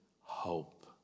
hope